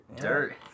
Dirt